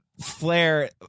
Flair